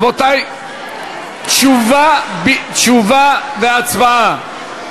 רבותי, תשובה והצבעה.